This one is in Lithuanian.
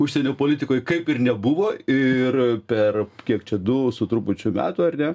užsienio politikoj kaip ir nebuvo ir per kiek čia du su trupučiu metų ar ne